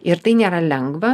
ir tai nėra lengva